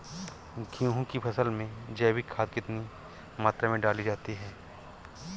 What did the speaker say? गेहूँ की फसल में जैविक खाद कितनी मात्रा में डाली जाती है?